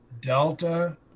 Delta